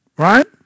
Right